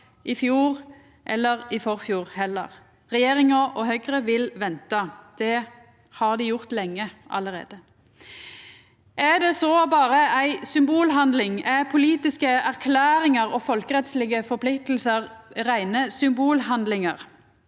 i fjor eller i forfjor heller. Regjeringa og Høgre vil venta. Det har dei gjort lenge allereie. Er det så berre ei symbolhandling? Er politiske erklæringar og folkerettslege forpliktingar reine symbolhandlingar?